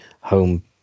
home